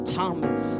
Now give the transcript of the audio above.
Thomas